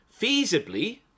feasibly